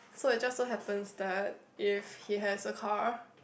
so it just so happen that if he has a car